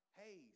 hey